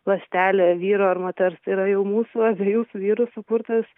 ląstelė vyro ar moters tai yra jau mūsų abiejų su vyru sukurtas